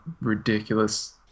ridiculous